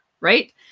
right